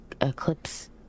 eclipse